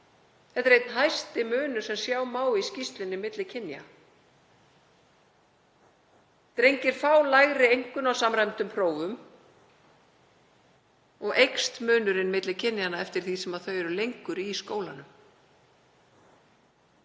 Þetta er einn hæsti munur sem sjá má í skýrslunni milli kynja. Drengir fá lægri einkunn á samræmdum prófum og eykst munurinn milli kynjanna eftir því sem þau eru lengur í skólanum.